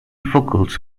vocals